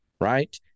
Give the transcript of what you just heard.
Right